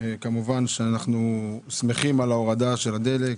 כמובן שאנחנו שמחים על ההורדה של הדלק,